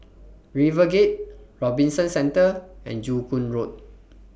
RiverGate Robinson Centre and Joo Koon Road